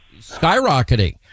skyrocketing